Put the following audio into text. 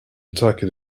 attacking